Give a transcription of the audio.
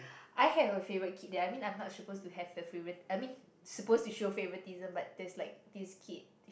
I have a favourite kid that I mean I'm not supposed to have a favourite I mean supposed to show favouritism but there's like this kid